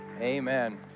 amen